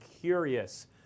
curious